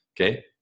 okay